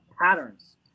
patterns